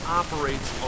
operates